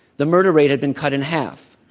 the murder rate had been cut in half.